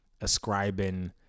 ascribing